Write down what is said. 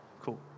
cool